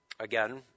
Again